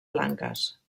blanques